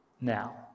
now